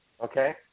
Okay